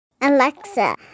Alexa